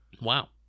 Wow